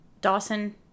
Dawson